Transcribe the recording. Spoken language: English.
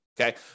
okay